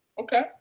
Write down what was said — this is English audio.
Okay